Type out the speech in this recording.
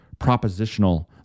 propositional